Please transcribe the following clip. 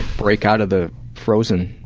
break out of the frozen?